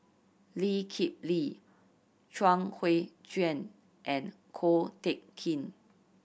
Lee Kip Lee Chuang Hui Tsuan and Ko Teck Kin